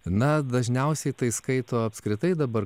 na dažniausiai tai skaito apskritai dabar